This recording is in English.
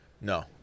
No